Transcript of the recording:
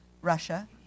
Russia